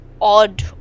odd